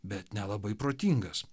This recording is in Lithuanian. bet nelabai protingas